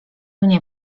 mnie